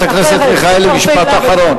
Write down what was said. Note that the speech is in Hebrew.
אני מבקש משפט אחרון.